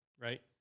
right